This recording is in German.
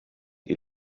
ihr